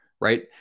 right